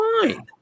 fine